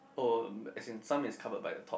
oh as in some is covered by the top